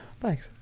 Thanks